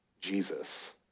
Jesus